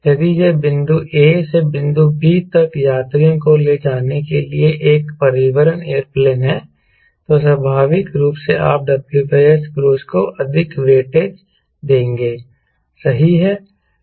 यदि यह बिंदु A से बिंदु B तक यात्रियों को ले जाने के लिए एक परिवहन एयरप्लेन है तो स्वाभाविक रूप से आप WS क्रूज़ को अधिक वेटेज देंगे सही है